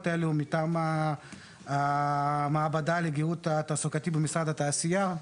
האלה מטעם המעבדה לגהות תעסוקתית במשרד התעשייה.